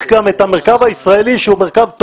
גם את המרכב הישראלי הוא מרכב טוב.